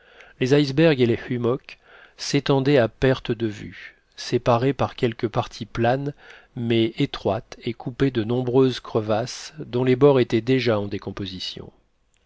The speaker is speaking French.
les icebergs et les hummocks s'étendaient à perte de vue séparés par quelques parties planes mais étroites et coupés de nombreuses crevasses dont les bords étaient déjà en décomposition